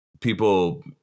people